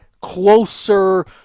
closer